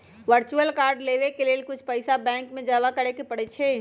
virtual card लेबेय के लेल कुछ पइसा बैंक में जमा करेके परै छै